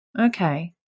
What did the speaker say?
Okay